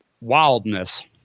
Wildness